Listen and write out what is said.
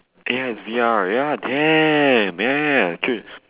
ya it's V_R ya damn ya true